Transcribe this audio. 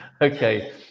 Okay